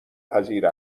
پذیر